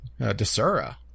Desura